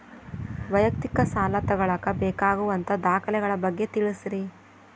ವೈಯಕ್ತಿಕ ಸಾಲ ತಗೋಳಾಕ ಬೇಕಾಗುವಂಥ ದಾಖಲೆಗಳ ಬಗ್ಗೆ ತಿಳಸ್ರಿ